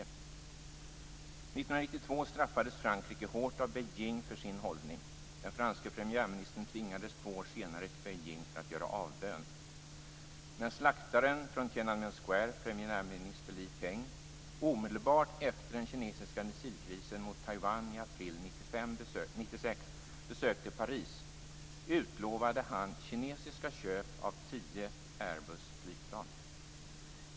1992 straffades Frankrike hårt av Beijing för sin hållning. Den franske premiärministern tvingades två år senare till Beijing för att göra avbön. När slaktaren från Tienanmen Square, premiärminister Li Taiwan i april 1996 besökte Paris utlovade han kinesiska köp av 10-30 Airbusflygplan.